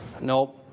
Nope